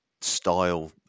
style